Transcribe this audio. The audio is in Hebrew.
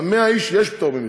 ל-100 האיש יש פטור ממכרז,